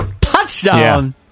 Touchdown